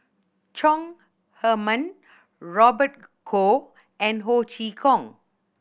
Chong Heman Robert Goh and Ho Chee Kong